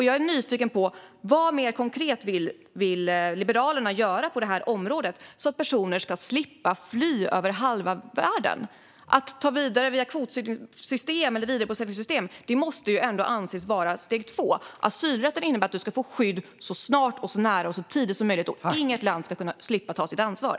Jag är nyfiken på vad Liberalerna mer konkret vill göra på detta område så att personer ska slippa fly över halva världen. Att ta sig vidare via kvotflyktingssystem eller vidarebosättningssystem måste ändå anses vara steg två. Asylrätten innebär att man ska få skydd så snart och nära som möjligt, och inget land ska slippa ta sitt ansvar.